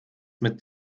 mit